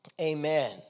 amen